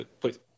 Please